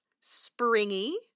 springy